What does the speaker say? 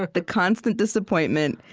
but the constant disappointment,